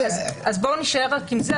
אז בואו נישאר רק עם זה.